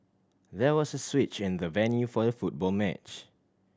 there was a switch in the venue for the football match